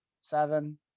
seven